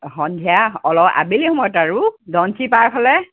সন্ধিয়া অলপ আবেলি সময়ত আৰু ধনশিৰি পাৰৰ ফালে